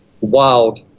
wild